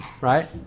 right